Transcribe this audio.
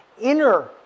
inner